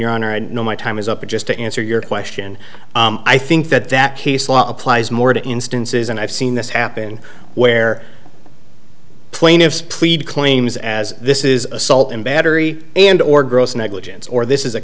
honor i know my time is up but just to answer your question i think that that case law applies more to instances and i've seen this happen where plaintiffs plead claims as this is assault and battery and or gross negligence or this is a